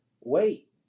wait